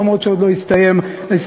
למרות שעוד לא הסתיים המשא-ומתן.